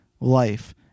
life